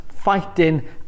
fighting